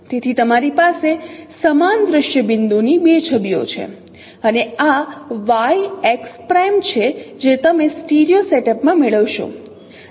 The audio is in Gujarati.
તેથી તમારી પાસે સમાન દ્રશ્ય બિંદુની બે છબીઓ છે અને આ yછે જે તમે સ્ટીરિયો સેટઅપ માં મેળવશો